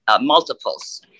multiples